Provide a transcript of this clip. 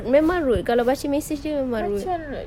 memang rude kalau baca message dia memang rude